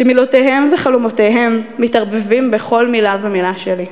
שמילותיהם וחלומותיהם מתערבבים בכל מילה ומילה שלי,